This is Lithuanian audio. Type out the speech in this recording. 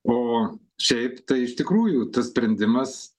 o šiaip tai iš tikrųjų tas sprendimas